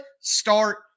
start